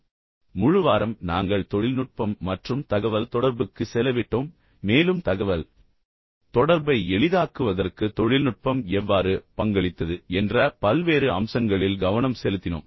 எனவே முழு வாரம் நாங்கள் தொழில்நுட்பம் மற்றும் தகவல்தொடர்புக்கு செலவிட்டோம் மேலும் தகவல் தொடர்பை எளிதாக்குவதற்கு தொழில்நுட்பம் எவ்வாறு பங்களித்தது என்ற பல்வேறு அம்சங்களில் கவனம் செலுத்தினோம்